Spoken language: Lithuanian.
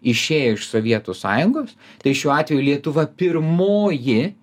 išėjo iš sovietų sąjungos tai šiuo atveju lietuva pirmoji